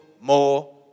more